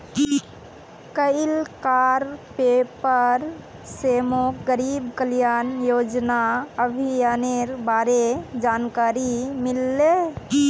कइल कार पेपर स मोक गरीब कल्याण योजना अभियानेर बारे जानकारी मिलले